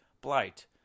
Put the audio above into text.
blight